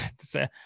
say